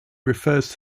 refers